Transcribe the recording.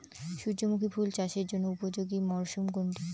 সূর্যমুখী ফুল চাষের জন্য উপযোগী মরসুম কোনটি?